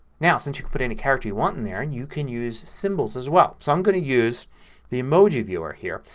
now since you can put any character you want in there and you can use symbols as well. so i'm going to use the emoji viewer here.